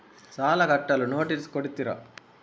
ಸಾಲ ಕಟ್ಟಲು ನೋಟಿಸ್ ಕೊಡುತ್ತೀರ?